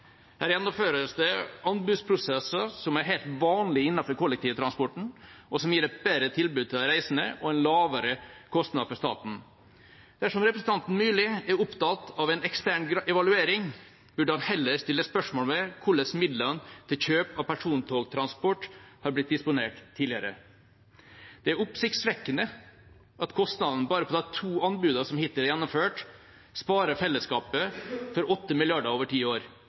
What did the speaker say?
som gir et bedre tilbud til de reisende og en lavere kostnad for staten. Dersom representanten Myrli er opptatt av en ekstern evaluering, burde han heller stille spørsmål ved hvordan midlene til kjøp av persontogtransport har blitt disponert tidligere. Det er oppsiktsvekkende at kostnadene bare på de to anbudene som hittil er gjennomført, sparer fellesskapet for 8 mrd. kr over ti år,